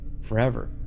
forever